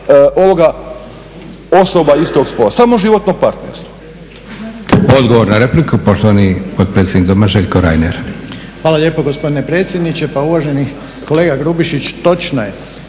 ovoga osoba istog spola, samo životno partnerstvo.